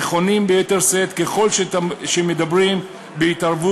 נכונים ביתר שאת ככל שמדברים בהתערבות